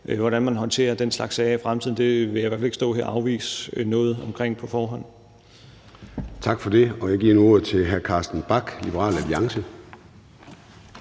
hvordan man håndterer den slags sager i fremtiden. Det vil jeg da i hvert fald ikke stå her og afvise noget omkring på forhånd. Kl. 13:29 Formanden (Søren Gade): Tak for det. Jeg giver nu ordet til hr. Carsten Bach, Liberal Alliance.